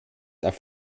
auf